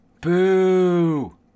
Boo